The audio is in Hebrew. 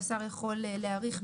אני מתנצל על העיכוב